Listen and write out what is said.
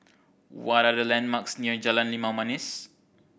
what are the landmarks near Jalan Limau Manis